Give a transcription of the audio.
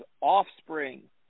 Offspring